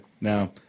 now